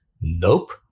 Nope